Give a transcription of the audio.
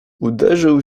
uderzył